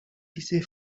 diese